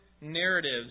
narratives